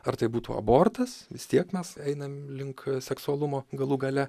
ar tai būtų abortas vis tiek mes einam link seksualumo galų gale